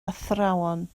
athrawon